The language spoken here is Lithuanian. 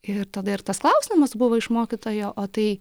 ir tada ir tas klausimas buvo iš mokytojo o tai